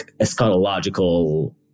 eschatological